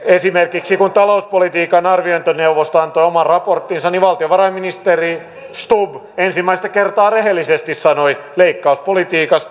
esimerkiksi kun talouspolitiikan arviointineuvosto antoi oman raporttinsa niin valtiovarainministeri stubb ensimmäistä kertaa rehellisesti sanoi leikkauspolitiikasta